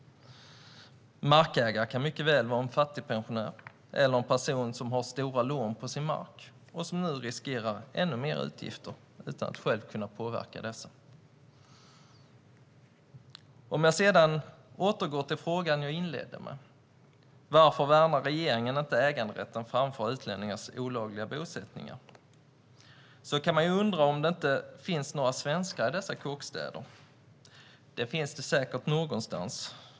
Markägaren kan mycket väl vara en fattigpensionär eller en person som har stora lån på sin mark och som nu riskerar ännu mer utgifter, utan att själv kunna påverka dessa. Jag återgår till frågan jag inledde med: Varför värnar inte regeringen äganderätten framför utlänningars olagliga bosättningar? Man kan undra om det inte finns några svenskar i dessa kåkstäder. Det finns det säkert någonstans.